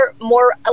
more